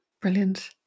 Brilliant